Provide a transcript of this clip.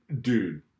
dude